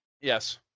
Yes